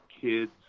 kids